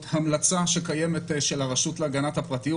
המלצה שקיימת של הרשות להגנת הפרטיות,